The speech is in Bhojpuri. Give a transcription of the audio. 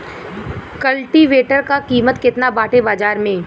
कल्टी वेटर क कीमत केतना बाटे बाजार में?